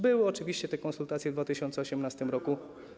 Były oczywiście te konsultacje - w 2018 r.